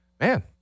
man